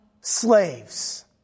slaves